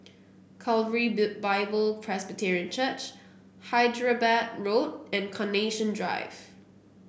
Calvary Bible Presbyterian Church Hyderabad Road and Carnation Drive